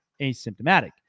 asymptomatic